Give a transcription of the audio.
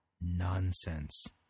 nonsense